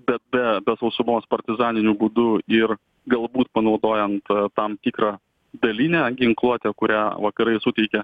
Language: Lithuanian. be be be sausumos partizaniniu būdu ir galbūt panaudojan tam tikrą dalinę ginkluotę kurią vakarai suteikė